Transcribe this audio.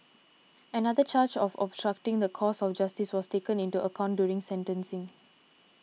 another charge of obstructing the course of justice was taken into account during sentencing